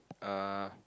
uh